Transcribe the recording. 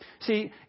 See